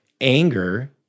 anger